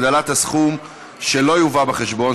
הגדלת הסכום שלא יובא בחשבון),